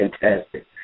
fantastic